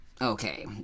Okay